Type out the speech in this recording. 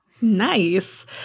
Nice